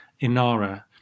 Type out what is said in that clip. Inara